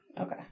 Okay